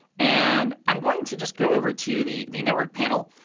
and i'm going to just go over to the the network panel,